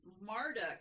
Marduk